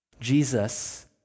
Jesus